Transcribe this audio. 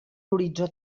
horitzó